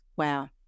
wow